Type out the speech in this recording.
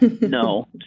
No